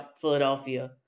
Philadelphia